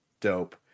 dope